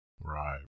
Right